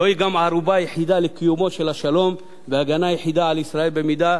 זוהי גם הערובה היחידה לקיומו של השלום וההגנה היחידה על ישראל במידה